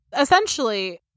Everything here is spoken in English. essentially